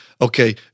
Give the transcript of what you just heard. Okay